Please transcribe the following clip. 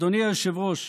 אדוני היושב-ראש,